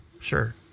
sure